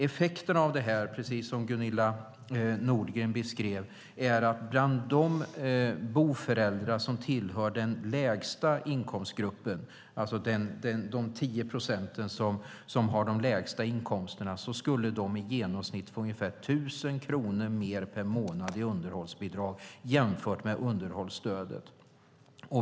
Effekten av detta är, precis som Gunilla Nordgren beskrev, att de boendeföräldrar som tillhör den lägsta inkomstgruppen - de 10 procent som har de lägsta inkomsterna - skulle få i genomsnitt ungefär 1 000 kronor mer per månad i underhållsbidrag jämfört med underhållsstödet.